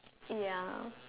ya